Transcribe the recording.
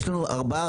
יש 4,